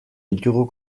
ditugu